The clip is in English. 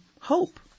hope